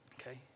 Okay